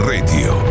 Radio